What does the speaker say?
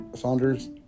Saunders